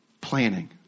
Planning